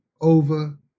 over